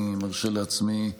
אני מרשה לעצמי,